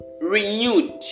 renewed